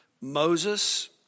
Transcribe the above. Moses